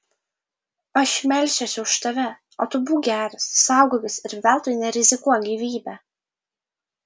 aš melsiuosi už tave o tu būk geras saugokis ir veltui nerizikuok gyvybe